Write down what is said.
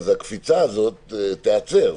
הקפיצה הזאת תיעצר.